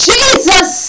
Jesus